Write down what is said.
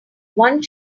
one